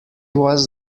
was